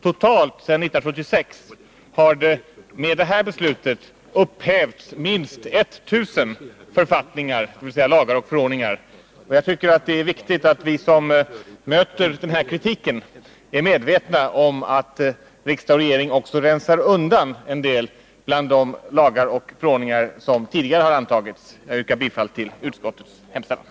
Totalt sedan 1976 har det med beslutet i dag upphävts minst 1 000 författningar, dvs. lagar och förordningar. Jag tycker det är viktigt att vi som möter kritiken för lagstiftningsraseri är medvetna om att riksdag och regering också rensar undan en del bland de Jag yrkar bifall till utskottets hemställan.